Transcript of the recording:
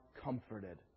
comforted